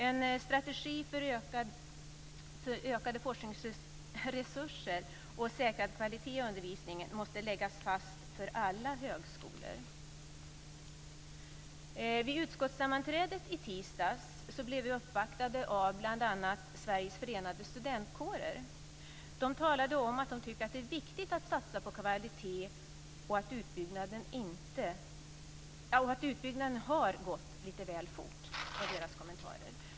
En strategi för ökade forskningsresurser och säkrad kvalitet i undervisningen måste läggas fast för alla högskolor. Vid utskottssammanträdet i tisdags blev vi uppvaktade av bl.a. Sveriges förenade studentkårer. De talade om att de tycker att det är viktigt att satsa på kvalitet och att utbyggnaden har gått lite väl fort.